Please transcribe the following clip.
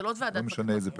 לא משנה איזה פקיד.